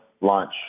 launch